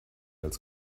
als